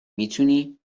میتونی